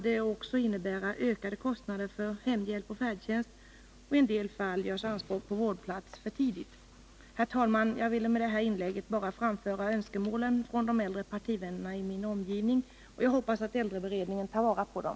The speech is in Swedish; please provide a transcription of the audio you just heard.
Jag ville med detta inlägg bara framföra önskemål från äldre partivänner i min omgivning. Jag hoppas att äldreberedningen tar vara på dem.